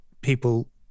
people